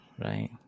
right